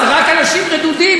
אז רק אנשים רדודים,